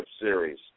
series